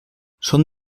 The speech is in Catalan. són